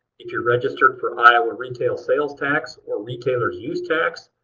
if you're registered for iowa retail sales tax or retailer's use tax,